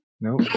No